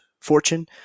fortune